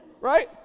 right